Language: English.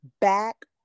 back